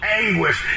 anguish